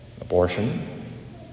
Abortion